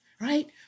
right